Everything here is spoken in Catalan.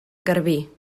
garbí